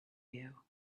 you